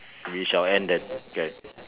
we shall end then okay